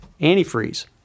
antifreeze